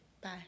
Bye